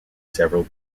several